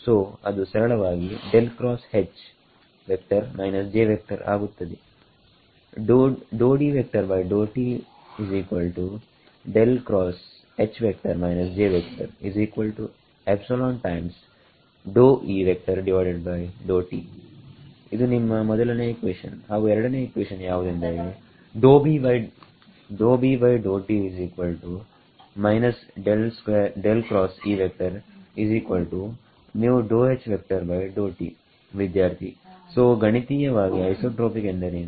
ಸೋಅದು ಸರಳವಾಗಿ ಆಗುತ್ತದೆ ಇದು ನಿಮ್ಮ ಮೊದಲನೆಯ ಇಕ್ವೇಷನ್ ಹಾಗು ಎರಡನೇ ಇಕ್ವೇಷನ್ ಯಾವುದೆಂದರೆ ವಿದ್ಯಾರ್ಥಿಸೋಗಣಿತೀಯವಾಗಿ ಐಸೋಟ್ರೋಪಿಕ್ ಎಂದರೇನು